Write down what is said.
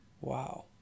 Wow